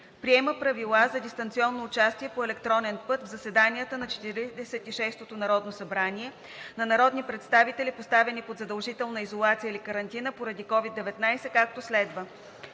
Приема Правила за дистанционно участие по електронен път в заседанията на Четиридесет и шестото народно събрание на народни представители, поставени под задължителна изолация или карантина поради COVID-19, както следва: